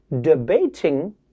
debating